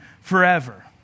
forever